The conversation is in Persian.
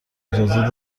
اجازه